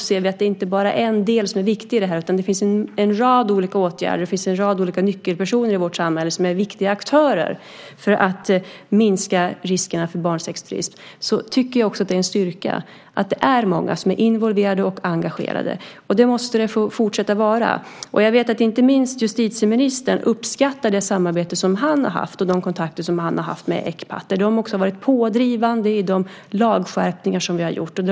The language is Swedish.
Vi ser att det inte bara är en del som är viktig i detta sammanhang utan att det finns en rad olika åtgärder och en rad olika nyckelpersoner i vårt samhälle som är viktiga aktörer för att minska riskerna för barnsexturism. Jag vet att inte minst justitieministern uppskattar det samarbete som han har haft och de kontakter som han har haft med Ecpat, där de också har varit pådrivande i fråga om de lagskärpningar som vi har gjort.